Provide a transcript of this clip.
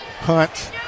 Hunt